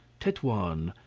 tetuan,